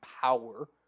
power